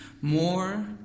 more